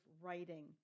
writing